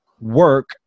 work